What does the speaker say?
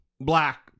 black